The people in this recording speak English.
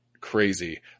crazy